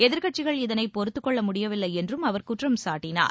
எதிர்க்கட்சிகள் இதனை பொறுத்துக் கொள்ளமுடியவில்லை என்றும் அவர் குற்றம் சாட்டினார்